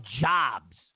jobs